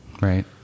right